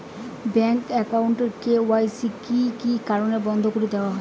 Bank account এর KYC কি কি কারণে বন্ধ করি দেওয়া হয়?